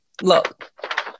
look